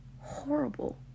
horrible